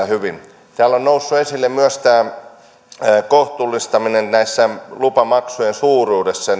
hyvin täällä on noussut esille myös tämä kohtuullistaminen näiden lupamaksujen suuruudessa